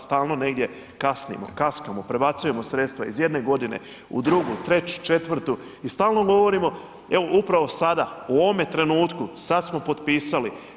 Stalno negdje kasnimo, kaskamo prebacujemo sredstva iz jedne godine u drugu, treću, četvrtu i stalno govorimo evo upravo sada u ovome trenutku sada smo potpisali.